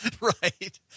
Right